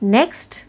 Next